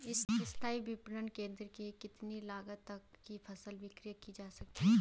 स्थानीय विपणन केंद्र में कितनी लागत तक कि फसल विक्रय जा सकती है?